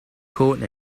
code